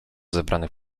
zebranych